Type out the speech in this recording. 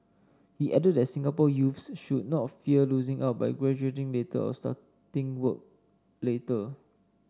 he added that Singapore youths should not fear losing out by graduating later or starting work later